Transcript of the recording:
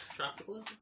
tropical